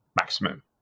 maximum